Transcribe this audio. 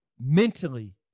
mentally